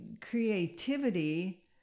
creativity